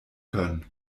können